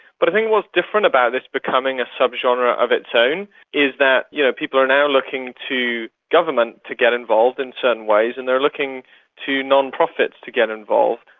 but i think what's different about this becoming a sub-genre of its own is that you know people are now looking to government to get involved in certain ways and they are looking to non-profits to get involved,